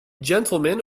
gentlemen